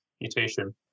mutation